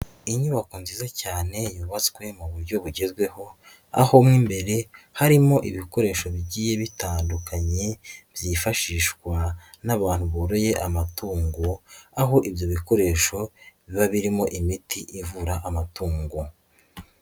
Inyubako nziza cyane yubatswe mu buryo bugezweho, aho mo imbere harimo ibikoresho bigiye bitandukanye byifashishwa n'abantu boroye amatungo, aho ibyo bikoresho biba birimo imiti ivura amatungo.